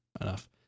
enough